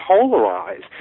polarized